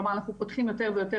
כלומר אנחנו פותחים יותר ויותר